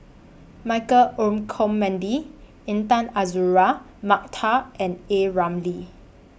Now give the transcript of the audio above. Michael Olcomendy Intan Azura Mokhtar and A Ramli